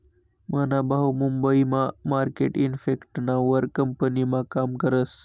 मना भाऊ मुंबई मा मार्केट इफेक्टना वर कंपनीमा काम करस